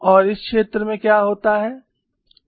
और इस क्षेत्र में क्या होता है